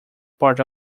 part